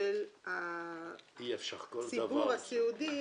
של הסידור הסיעודי,